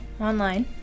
online